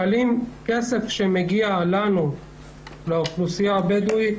כסף שמגיע לנו עבור האוכלוסייה הבדואית,